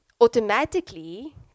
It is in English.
automatically